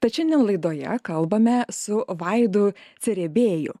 tad šiandien laidoje kalbame su vaidu cerebieju